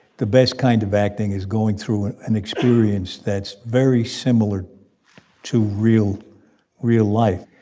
the best kind of acting is going through an experience that's very similar to real real life.